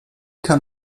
kann